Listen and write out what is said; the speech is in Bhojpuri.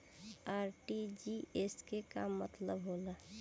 आर.टी.जी.एस के का मतलब होला?